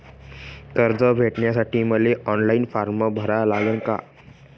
कर्ज भेटासाठी मले ऑफलाईन फारम भरा लागन का?